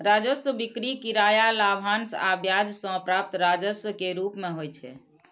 राजस्व बिक्री, किराया, लाभांश आ ब्याज सं प्राप्त राजस्व के रूप मे होइ छै